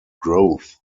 growth